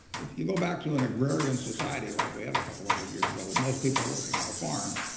if you go back to an egrarian society like we had a couple hundred years ago with most people working on a farm,